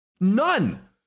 None